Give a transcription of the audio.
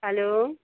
hello